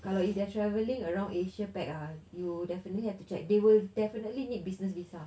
kalau if they are travelling around asia pac ah you definitely have to check they will definitely need business visa